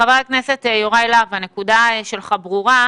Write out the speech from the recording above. חבר הכנסת יוראי להב, הנקודה שלך ברורה.